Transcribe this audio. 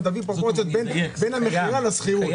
נגדיל פרופורציות בין המכירה לשכירות.